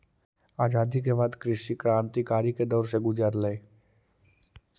आज़ादी के बाद कृषि क्रन्तिकारी के दौर से गुज़ारलई